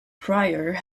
pryor